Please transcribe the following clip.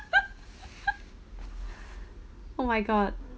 oh my god